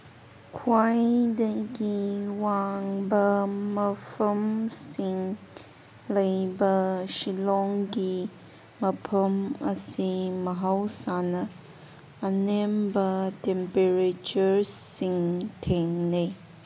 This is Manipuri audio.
ꯈ꯭ꯋꯥꯏꯗꯒꯤ ꯋꯥꯡꯕ ꯃꯐꯝꯁꯤꯡ ꯂꯩꯕ ꯁꯤꯂꯣꯡꯒꯤ ꯃꯐꯝ ꯑꯁꯤ ꯃꯍꯧꯁꯥꯅ ꯑꯅꯦꯝꯕ ꯇꯦꯝꯄꯔꯦꯆꯔꯁꯤꯡ ꯊꯦꯡꯅꯩ